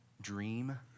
dream